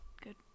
good